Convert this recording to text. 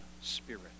spirit